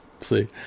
See